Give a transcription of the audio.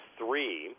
three